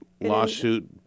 lawsuit